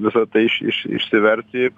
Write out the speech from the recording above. visa tai iš iš išsivers į